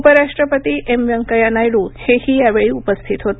उपराष्ट्रपती एम व्यंकय्या नायड्र हेही यावेळी उपस्थित होते